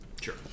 Sure